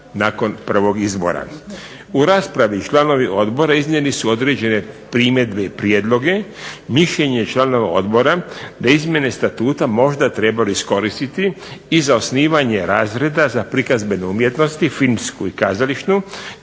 U raspravi članovi odbora iznijeli su određene primjedbe i prijedlog. Mišljenje članova odbora da bi izmjene Statuta možda trebalo iskoristiti i za osnivanje razreda za prikazbene umjetnosti, filmsku i kazališnu